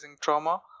trauma